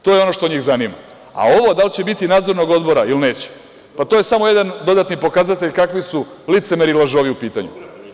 To je on što njih zanima, a ovo da li će biti Nadzornog odbora ili neće, to je samo jedan dodatni pokazatelj kakvi su licemeri i lažovi u pitanju.